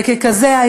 וככזה,